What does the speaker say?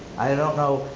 i don't know,